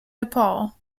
nepal